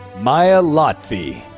maya lotfy.